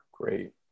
Great